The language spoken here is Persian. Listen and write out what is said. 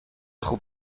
خوب